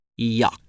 yuck